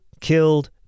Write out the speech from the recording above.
killed